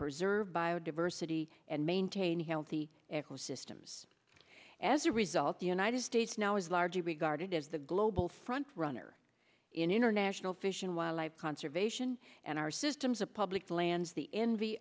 preserve biodiversity and maintain healthy eco systems as a result the united states now is largely regarded as the global front runner in international fish and wildlife conservation and our systems of public lands the envy